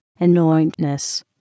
anointness